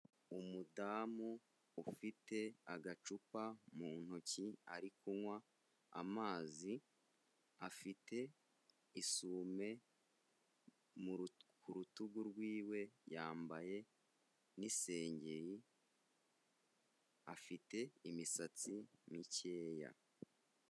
Umudamu ufite agacupa mu ntoki ari kunywa amazi, afite isume ku rutugu rwiwe, yambaye n'isengeri afite imisatsi mikeya.